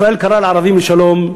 ישראל קראה לערבים לשלום,